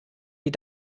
die